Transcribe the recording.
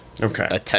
Okay